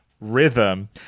rhythm